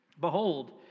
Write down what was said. Behold